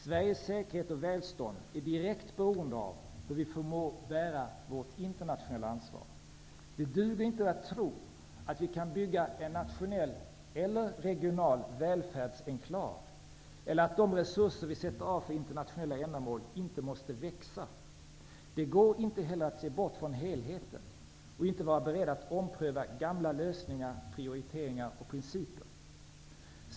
Sveriges säkerhet och välstånd är direkt beroende av hur vi förmår bära vårt internationella ansvar. Det duger inte att tro att vi kan bygga en nationell eller regional välfärdsenklav, eller att tro att de resurser vi sätter av för internationella ändamål inte måste växa. Det går inte heller att bortse från helheten och inte vara beredd att ompröva gamla lösningar, prioriteringar och principer.